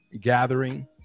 gathering